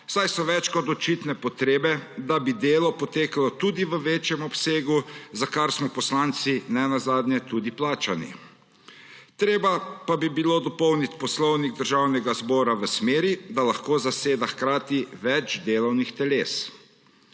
saj so več kot očitne potrebe, da bi delo potekalo tudi v večjem obsegu, za kar smo poslanci nenazadnje tudi plačani. Treba pa bi bilo dopolniti Poslovnik Državnega zbora v smeri, da lahko zaseda hkrati več delovnih teles.